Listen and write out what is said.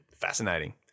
fascinating